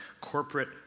corporate